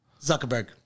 Zuckerberg